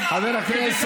אתה לא מתבייש?